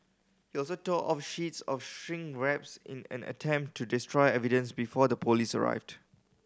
he also tore off sheets of shrink wraps in an attempt to destroy evidence before the police arrived